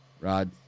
Rod